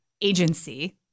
agency